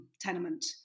tenement